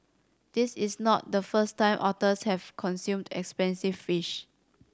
this is not the first time otters have consumed expensive fish